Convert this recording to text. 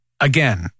again